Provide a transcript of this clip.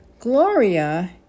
Gloria